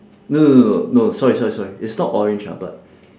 no no no no no sorry sorry sorry it's not orange ah but